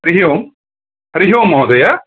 हरिः ओं हरिः ओं महोदय